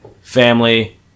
family